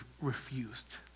refused